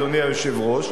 אדוני היושב-ראש,